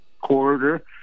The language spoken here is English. corridor